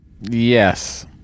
Yes